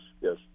yes